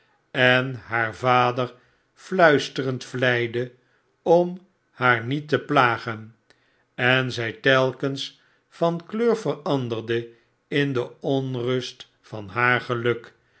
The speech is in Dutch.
en haar vader fluisterend vleide om haar niet te plagen en zij telkens van kleur veranderde in de onrust van haar geluk